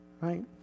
Right